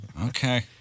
Okay